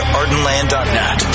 ardenland.net